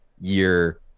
year